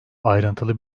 ayrıntılı